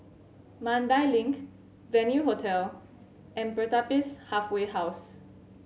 Mandai Link Venue Hotel and Pertapis Halfway House